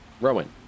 Rowan